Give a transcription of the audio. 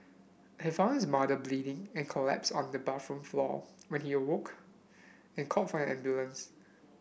he found his mother bleeding and collapsed on the bathroom floor when he awoke and called for an ambulance